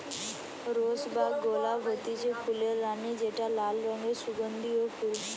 rose বা গোলাপ হতিছে ফুলের রানী যেটা লাল রঙের সুগন্ধিও ফুল